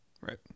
Right